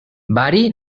bari